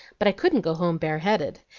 but i couldn't go home bareheaded,